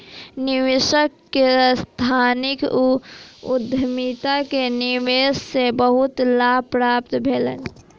निवेशक के सांस्थानिक उद्यमिता में निवेश से बहुत लाभ प्राप्त भेलैन